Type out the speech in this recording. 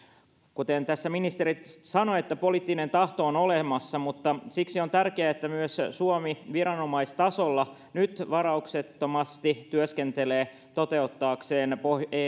kuten tässä ministeri sanoi poliittinen tahto on olemassa mutta siksi on tärkeää että myös suomi viranomaistasolla nyt varauksettomasti työskentelee toteuttaakseen